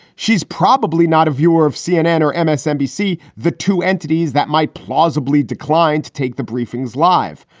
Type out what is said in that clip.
she's probably not a viewer of cnn or and msnbc. the two entities that might plausibly declined to take the briefings live.